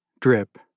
Drip